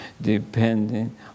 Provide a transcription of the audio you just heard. depending